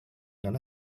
lain